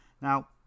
Now